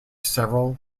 several